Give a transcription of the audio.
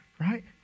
Right